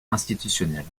institutionnels